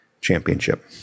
championship